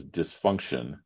dysfunction